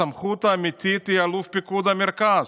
הסמכות האמיתית היא אלוף פיקוד המרכז,